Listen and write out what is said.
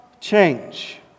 change